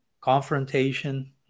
confrontation